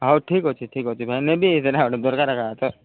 ହଉ ଠିକ୍ ଅଛି ଠିକ୍ ଅଛି ଭାଇ ନେବି ସେଇଟା ଗୋଟେ ଦରକାର ଏକା ତ